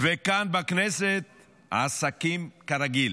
וכאן בכנסת העסקים כרגיל.